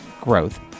growth